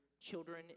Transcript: children